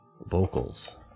vocals